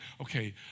okay